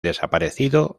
desaparecido